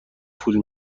پول